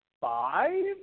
five